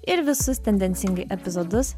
ir visus tendencingai epizodus